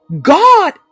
God